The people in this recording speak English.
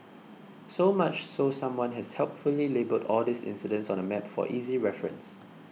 so much so someone has helpfully labelled all these incidents on a map for easy reference